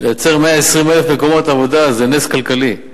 לייצר 120,000 מקומות עבודה זה נס כלכלי.